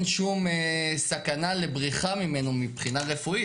שום סכנה לבריחה ממנו מבחינה רפואית.